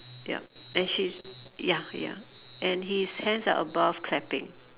yup and she's ya ya and his hands are above clapping